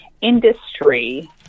industry